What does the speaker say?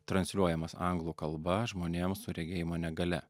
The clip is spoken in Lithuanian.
transliuojamas anglų kalba žmonėms su regėjimo negalia